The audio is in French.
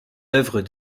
œuvres